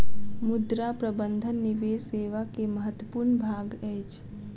मुद्रा प्रबंधन निवेश सेवा के महत्वपूर्ण भाग अछि